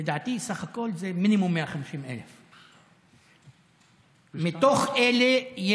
לדעתי סך הכול זה מינימום 150,000. מתוך אלה,